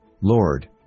Lord